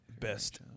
Best